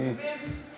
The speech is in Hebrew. אתה מבין?